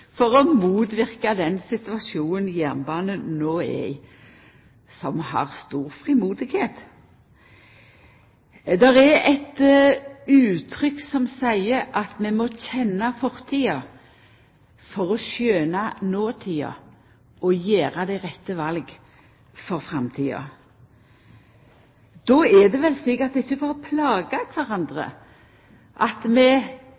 for å motverka den situasjonen jernbanen no er i, som har stort frimod. Det er eit uttrykk som seier at vi må kjenna fortida for å skjøna notida og gjera det rette valet for framtida. Det er ikkje for å plaga kvarandre at vi finn grunn til å